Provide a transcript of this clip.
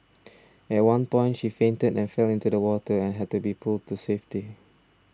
at one point she fainted and fell into the water and had to be pulled to safety